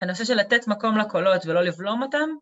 הנושא של לתת מקום לקולות ולא לבלום אותם